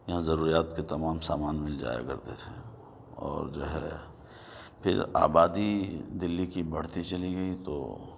یہاں ضروریات کے تمام سامان مِل جایا کرتے تھے اور جو ہے پھر آبادی دِلّی کی بڑھتی چلی گئی تو